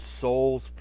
Souls